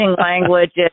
language